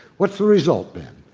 what's the result, then?